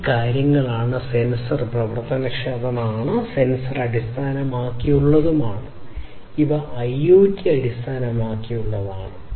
ഈ കാര്യങ്ങൾ സെൻസർ പ്രവർത്തനക്ഷമമാണ് സെൻസർ അടിസ്ഥാനമാക്കിയുള്ളതാണ് ഇവ IoT അടിസ്ഥാനമാക്കിയുള്ളതാണ്